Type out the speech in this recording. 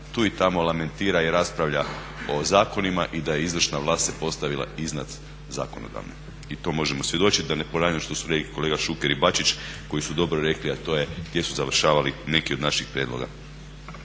tu i tamo lamentira i raspravlja o zakonima i da izvršna vlast ste postavila iznad zakonodavne. I to možemo svjedočiti da ne ponavljam što su rekli kolega Šuker i Bačić koji su dobro rekli, a to je gdje su završavali neki od naših prijedloga.